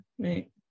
right